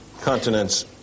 continents